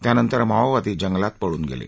त्यानंतर माओवादी जंगलात पळून गेले